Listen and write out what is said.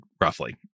roughly